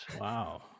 Wow